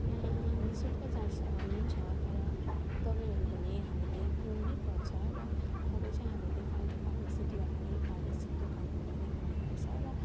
त्यहाँ निःशुल्क जाँच हुन्छ तर दबाईहरू पनि हामीले किन्नु नै पर्छ र दबाई चाहिँ हामीले फाल्टु फार्मेसीद्वारा नै फार्मेसी दोकानहरूमा नै किन्नुपर्छ र